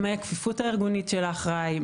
מהי הכפיפות הארגונית של האחראי,